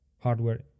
Hardware